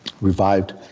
revived